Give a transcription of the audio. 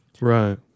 Right